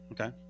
Okay